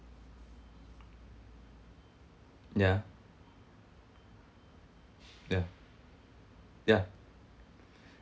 ya ya ya